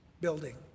building